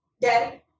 daddy